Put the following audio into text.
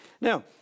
Now